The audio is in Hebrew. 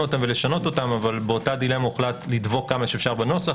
אותם ולשנות אותם אבל באותה דילמה הוחלט לדבוק כמה שיותר בנוסח